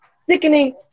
Sickening